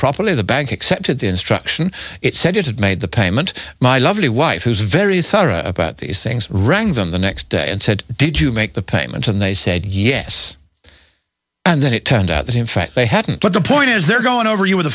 properly the bank accepted the instruction it said it had made the payment my lovely wife was very sorry about these things rang them the next day and said did you make the payment and they said yes and then it turned out that in fact they hadn't but the point is they're going over you with a